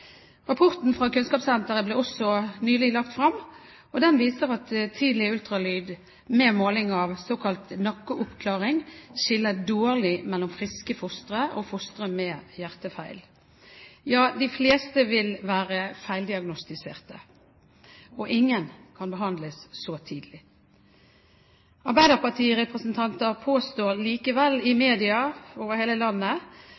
Rapporten fra Kunnskapssenteret ble også nylig lagt frem. Den viser at tidlig ultralyd med måling av såkalt nakkeoppklaring skiller dårlig mellom friske fostre og fostre med hjertefeil. Ja, de fleste vil være feildiagnostiserte, og ingen kan behandles så tidlig. Arbeiderpartirepresentanter påstår likevel i media over hele landet